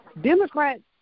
Democrats